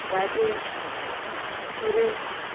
Rajesh Suresh